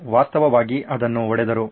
Edison ವಾಸ್ತವವಾಗಿ ಅದನ್ನು ಹೊಡೆದರು